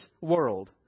world